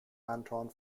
anton